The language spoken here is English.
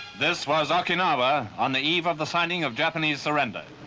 this was okinawa on the eve of the signing of japanese surrender.